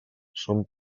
són